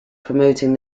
promoting